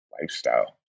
lifestyle